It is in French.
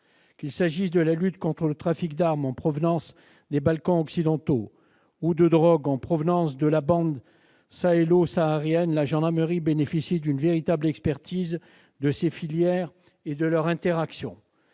en matière de lutte contre le trafic d'armes en provenance des Balkans occidentaux ou de drogues en provenance de la bande sahélo-saharienne, la gendarmerie a une véritable expertise des filières et de leurs interactions.